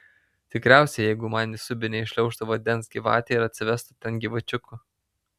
tikriausiai jeigu man į subinę įšliaužtų vandens gyvatė ir atsivestų ten gyvačiukų